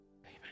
Amen